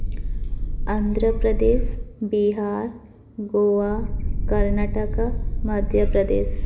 Andhra Pradesh Bihar Goa Karnataka Madhya Pradesh